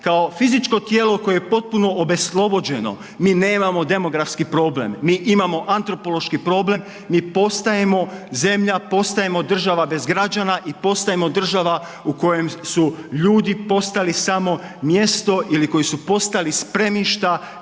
kao fizičko tijelo koje je potpuno obeslobođeno, mi nemamo demografski problem, mi imamo antropološki problem, mi postajemo zemlja, postajemo država bez građana i postajemo država u kojoj su ljudi postali samo mjesto ili koji su postali spremišta